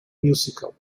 musical